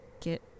get